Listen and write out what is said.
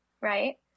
right